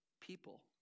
people